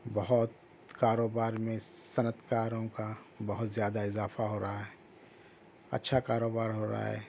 بہت کاروبار میں صنعت کاروں کا بہت زیادہ اضافہ ہو رہا ہے اچھا کاروبار ہو رہا ہے